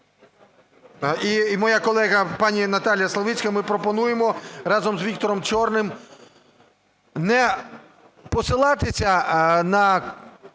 і моя колега пані Наталія Славицька, ми пропонуємо разом з Віктором Чорним не посилатися на